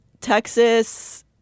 Texas